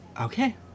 Okay